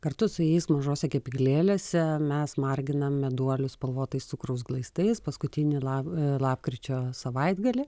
kartu su jais mažose kepyklėlėse mes marginam meduolius spalvotais cukraus glaistais paskutinį lab lapkričio savaitgalį